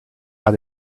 how